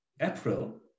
April